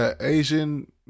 Asian